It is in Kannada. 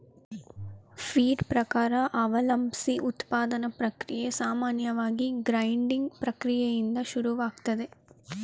ಫೀಡ್ ಪ್ರಕಾರ ಅವಲಂಬ್ಸಿ ಉತ್ಪಾದನಾ ಪ್ರಕ್ರಿಯೆ ಸಾಮಾನ್ಯವಾಗಿ ಗ್ರೈಂಡಿಂಗ್ ಪ್ರಕ್ರಿಯೆಯಿಂದ ಶುರುವಾಗ್ತದೆ